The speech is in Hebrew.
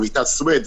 לרוויטל סוויד,